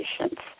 patients